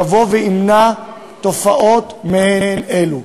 ימנע תופעות מעין אלה.